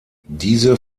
diese